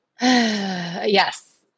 Yes